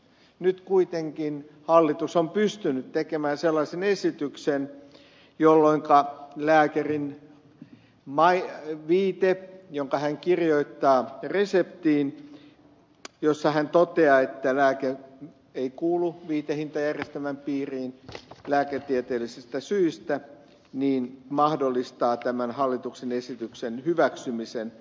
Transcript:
nyt kuitenkin hallitus on pystynyt tekemään sellaisen esityksen jolloinka lääkärin viite jonka hän kirjoittaa reseptiin ja jossa hän toteaa että lääke ei kuulu viitehintajärjestelmän piiriin lääketieteellisistä syistä mahdollistaa tämän hallituksen esityksen hyväksymisen